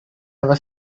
was